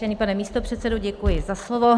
Vážený pane místopředsedo, děkuji za slovo.